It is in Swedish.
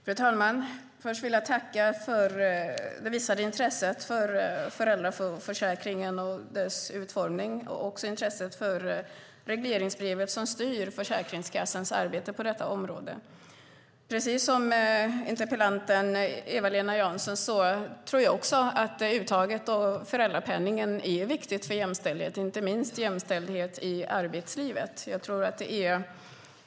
Fru talman! Jag tackar för det visade intresset för föräldraförsäkringen och dess utformning och också för intresset för regleringsbrevet som styr Försäkringskassans arbete på detta område. Precis som interpellanten Eva-Lena Jansson tror jag att uttaget av föräldrapenningen är viktigt för jämställdheten, inte minst jämställdheten i arbetslivet.